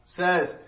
says